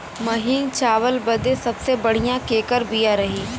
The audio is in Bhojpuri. महीन चावल बदे सबसे बढ़िया केकर बिया रही?